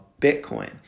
Bitcoin